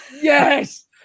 Yes